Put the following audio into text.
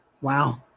wow